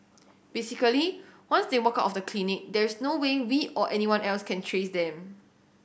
basically once they walk out of the clinic there is no way we or anyone else can trace them